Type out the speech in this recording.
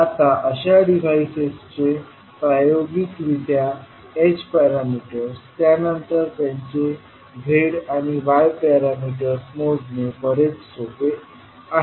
आता अशा डिव्हाईसेसचे प्रयोगिकरित्या h पॅरामीटर्स त्यानंतर त्यांचे z आणि y पॅरामीटर्स मोजणे बरेच सोपे आहे